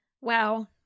Wow